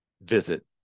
visit